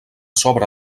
sobre